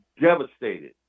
devastated